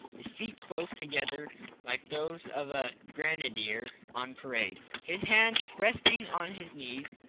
his feet close together like those of a grenadier on parade, his hands resting on his knees,